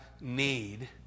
need